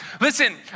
listen